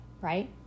right